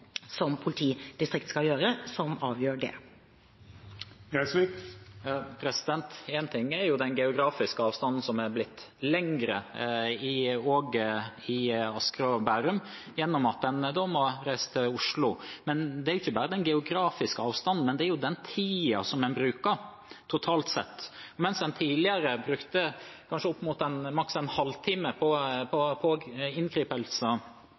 ting er den geografiske avstanden som er blitt lengre også i Asker og Bærum, ved at en må reise til Oslo. Det er ikke bare den geografiske avstanden, men det er den tiden som en bruker totalt sett. Mens en tidligere brukte kanskje opp mot maks en halv time på